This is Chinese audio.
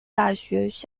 大学